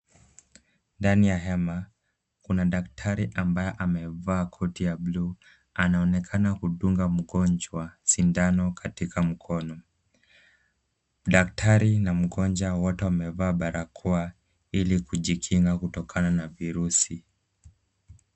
Ndani ya hema, kuna daktari ambaye amevaa koti ya buluu, anaonekana kumdunga mgonjwa sindano katika mkono. Daktari na mgonjwa wote wamevaa barakoa ili kujikinga kutokana na virusi.